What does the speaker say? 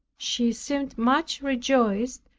she seemed much rejoiced,